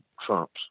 trumps